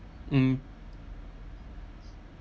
mm